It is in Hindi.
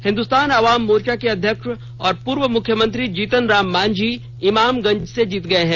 हिन्दुस्तान अवाम मोर्चा के अध्यक्ष और पूर्व मुख्यमंत्री जीतन राम मांझी इमामगंज से जीत गए हैं